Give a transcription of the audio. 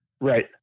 Right